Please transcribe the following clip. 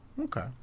okay